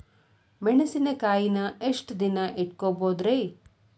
ಮೆಣಸಿನಕಾಯಿನಾ ಎಷ್ಟ ದಿನ ಇಟ್ಕೋಬೊದ್ರೇ?